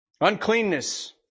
Uncleanness